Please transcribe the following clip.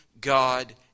God